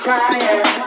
Crying